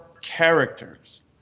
characters